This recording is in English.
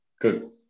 Good